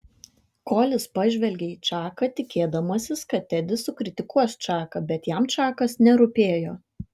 kolis pažvelgė į čaką tikėdamasis kad tedis sukritikuos čaką bet jam čakas nerūpėjo